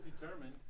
determined